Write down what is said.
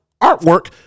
artwork